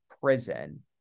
prison